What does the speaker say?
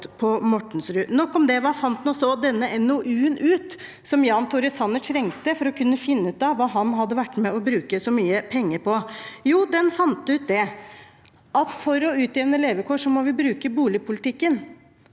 Nok om det. Hva fant så NOU-en ut, den som Jan Tore Sanner trengte for å kunne finne ut av hva han hadde vært med å bruke så mye penger på? Jo, den fant ut at for å utjevne levekår må vi bruke boligpolitikken.